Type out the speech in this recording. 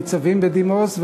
ועל ניצבים בדימוס,